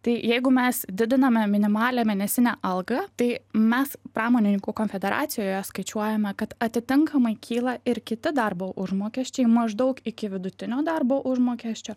tai jeigu mes didiname minimalią mėnesinę algą tai mes pramonininkų konfederacijoje skaičiuojame kad atitinkamai kyla ir kiti darbo užmokesčiai maždaug iki vidutinio darbo užmokesčio